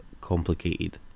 complicated